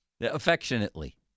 Affectionately